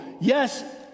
Yes